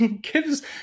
gives